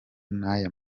n’aya